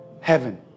heaven